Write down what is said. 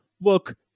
Look